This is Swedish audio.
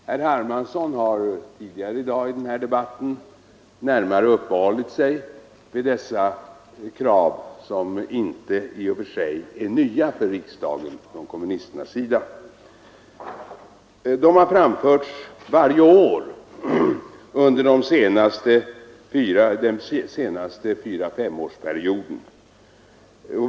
Herr Hermansson har tidigare i dag i denna debatt närmare uppehållit sig vid dessa kommunistiska krav, som inte är nya för riksdagen. De har framförts av kommunisterna varje år under de senaste fyra fem åren.